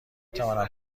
توانم